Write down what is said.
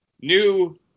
new